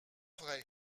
vrai